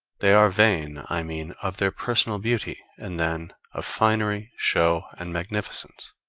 they are vain, i mean, of their personal beauty, and then of finery, show and magnificence.